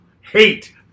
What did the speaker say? hate